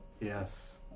yes